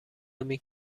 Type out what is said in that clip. نمی